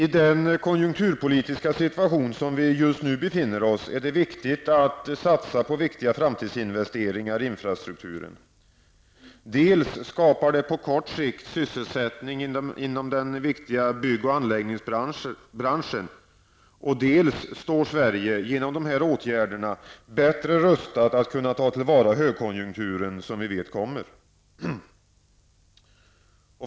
I den konjunkturpolitiska situation som vi just nu befinner oss i är det viktigt att satsa på angelägna framtidsinvesteringar i infrastrukturen. Dels skapar det på kort sikt sysselsättning inom den viktiga bygg och anläggningsbranschen, dels står Sverige, genom dessa åtgärder, bättre rustat att kunna ta till vara den högkonjunktur som vi vet kommer.